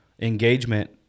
engagement